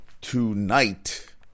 tonight